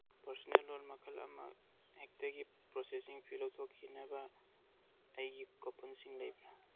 personal loan ꯃꯈꯜ ꯑꯃ ꯍꯦꯛꯇꯒꯤ ꯄ꯭ꯔꯣꯁꯦꯁꯤꯡ ꯐꯤ ꯂꯧꯊꯣꯛꯈꯤꯅꯕ ꯑꯩꯒꯤ ꯀꯣꯄꯟꯁꯤꯡ ꯂꯩꯕ꯭ꯔꯥ